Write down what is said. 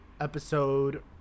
episode